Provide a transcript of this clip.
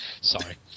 Sorry